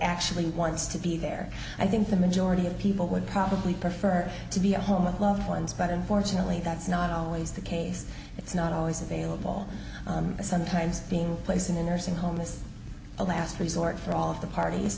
actually wants to be there i think the majority of people would probably prefer to be a home with loved ones but unfortunately that's not always the case it's not always available sometimes being placed in their same home this a last resort for all of the parties